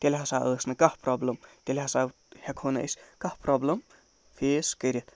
تیٚلہِ ہسا ٲسۍ نہٕ کانہہ پرابلِم تیٚلہِ ہسا ہٮ۪کو نہٕ أسۍ کانہہ پرابلِم فیس کٔرِتھ